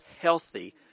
healthy